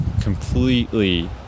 completely